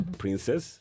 princess